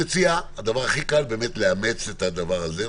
הדבר הכי קל הוא לאמץ את הדבר הזה,